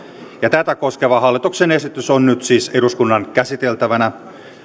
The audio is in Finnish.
tätä koskeva hallituksen esitys on nyt siis eduskunnan käsiteltävänä